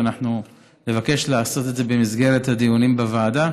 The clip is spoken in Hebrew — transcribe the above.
ואנחנו נבקש לעשות את זה במסגרת הדיונים בוועדה.